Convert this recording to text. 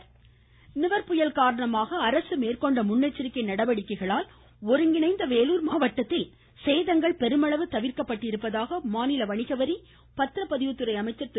மமம Veeramani voice Nivar புயல் காரணமாக அரசு மேற்கொண்ட முன்னெச்சரிக்கை நடவடிக்கைகளால் ஒருங்கிணைந்த வேலூர் மாவட்டத்தில் சேதங்கள் பெருமளவு தவிர்க்கப்பட்டிருப்பதாக மாநில வணிகவரி பத்திரப்பதிவு துறை அமைச்சர் திரு